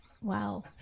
Wow